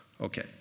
Okay